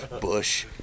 Bush